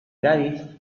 cádiz